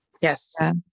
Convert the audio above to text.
Yes